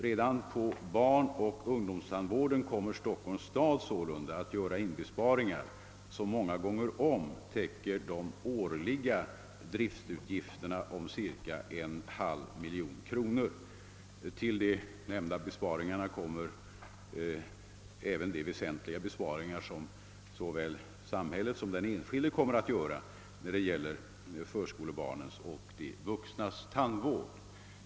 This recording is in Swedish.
Redan på barnoch ungdomstandvården kommer Stockholms stad sålunda att göra inbesparingar som många gånger om täcker de årliga driftsutgifterna om cirka en halv miljon kronor. Därtill kommer även de väsentliga besparingar som såväl samhället som den enskilde kommer att göra beträffande tandvården för förskolebarn och för vuxna.